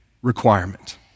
requirement